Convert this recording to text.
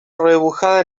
arrebujada